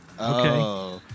Okay